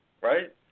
right